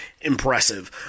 impressive